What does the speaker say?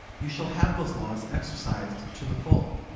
you shall have those laws exercised to the full.